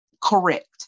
correct